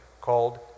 called